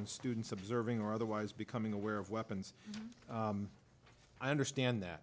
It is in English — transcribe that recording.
and students observing or otherwise becoming aware of weapons i understand that